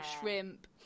shrimp